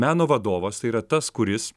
meno vadovas tai yra tas kuris